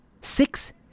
six